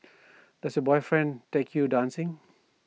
does your boyfriend take you dancing